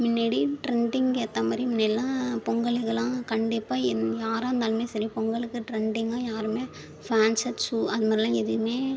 முன்னாடி ட்ரெண்டிங்கு ஏற்ற மாதிரி முன்னெலாம் பொங்கலுக்கெலாம் கண்டிப்பாக எங் யாராகருந்தாலுமே சரி பொங்கலுக்கு ட்ரெண்டிங்காக யாரும் ஃபேண்ட் செட் ஷு அதுமாதிரிலாம் எதுவுமே